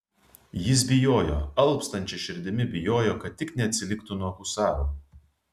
jis bijojo alpstančia širdimi bijojo kad tik neatsiliktų nuo husarų